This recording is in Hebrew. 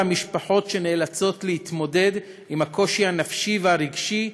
המשפחות שנאלצות להתמודד עם הקושי הנפשי והרגשי,